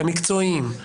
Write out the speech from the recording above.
המקצועיים.